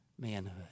manhood